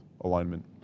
alignment